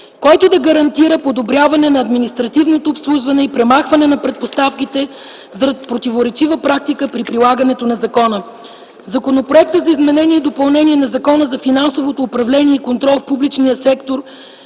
който да гарантира подобряване на административното обслужване и премахване на предпоставките за противоречива практика при прилагането на закона; – Законопроект за изменение и допълнение на Закона за финансовото управление и контрол в публичния сектор